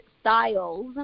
styles